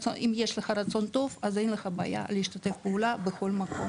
אם יש לך רצון טוב אז אין לך בעיה לשתף פעולה בכל מקום.